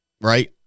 right